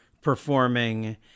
performing